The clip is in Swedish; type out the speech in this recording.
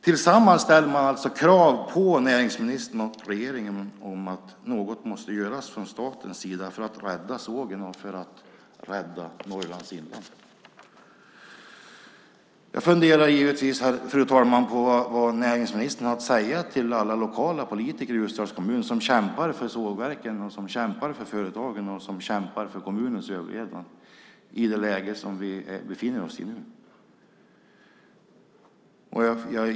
Tillsammans ställer man alltså krav på näringsministern och regeringen om att något måste göras från statens sida för att rädda sågen och för att rädda Norrlands inland. Fru talman! Jag funderar givetvis på vad näringsministern har att säga till alla lokala politiker i Ljusdals kommun som kämpar för sågverkens, företagens och kommunens överlevnad i det läge vi befinner oss i nu.